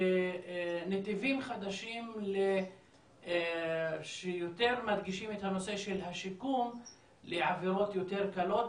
ונתיבים חדשים שיותר מדגישים את הנושא של השיקום לעבירות יותר קלות,